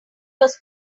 was